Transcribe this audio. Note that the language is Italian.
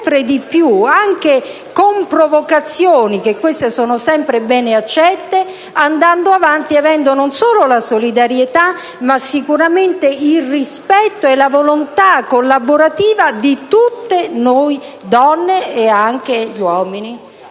di più, anche con provocazioni, che sono sempre bene accette, andando avanti e avendo non solo la solidarietà, ma sicuramente il rispetto e la volontà collaborativa di noi tutte donne. E anche degli uomini,